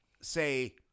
say